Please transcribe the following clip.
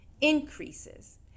increases